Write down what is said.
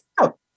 out